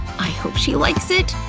i hope she likes it!